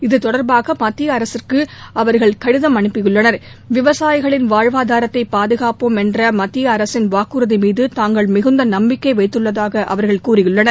இது தொடர்பாக மத்திய அரசுக்கு அவர்கள் கடிதம் அனுப்பியுள்ளனர் விவசாயிகளின் வாழ்வாதாரத்தை பாதுகாப்போம் என்ற மத்திய அரசின் வாக்குறுதி மீது தாங்கள் மிகுந்த நம்பிக்கை வைத்துள்ளதாக அவர்கள் தெரிவித்துள்ளனர்